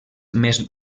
més